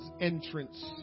entrance